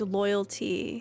loyalty